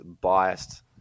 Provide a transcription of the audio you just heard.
biased